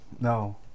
No